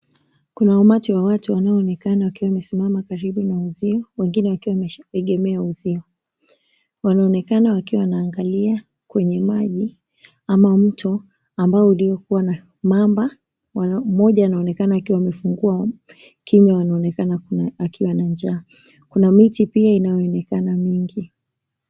Kuna umati wa watu wanaoonekana wakiwa wamesimama karibu na uzio wengine wakiwa wameegemea uzio. Wanaonekana wakiwa wanaangalia kwenye maji ama mto ambao uliokua na mamba. Mmoja anaonekana akiwa amefungua kinywa anaonekana akiwa na njaa. Kuna miti pia inayoonekana ikiwa mingi.